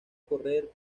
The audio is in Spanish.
correr